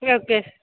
okay sir